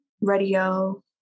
radio